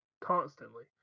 constantly